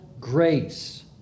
grace